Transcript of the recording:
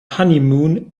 honeymoon